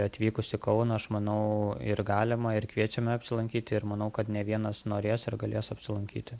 atvykus į kauną aš manau ir galima ir kviečiame apsilankyti ir manau kad ne vienas norės ir galės apsilankyti